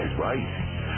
right